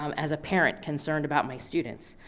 um as a parent concerned about my students.